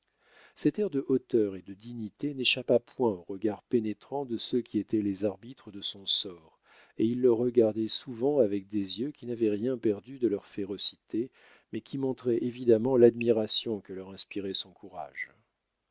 cet air de hauteur et de dignité n'échappa point aux regards pénétrants de ceux qui étaient les arbitres de son sort et ils le regardaient souvent avec des yeux qui n'avaient rien perdu de leur férocité mais qui montraient évidemment l'admiration que leur inspirait son courage